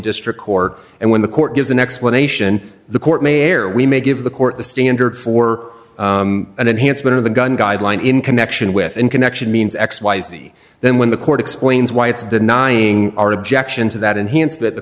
district court and when the court gives an explanation the court may err we may give the court the standard for an enhancement of the gun guideline in connection with in connection means x y z then when the court explains why it's denying our objection to that enhance